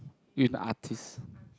artist